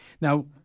Now